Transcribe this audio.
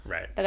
Right